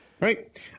right